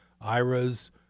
IRAs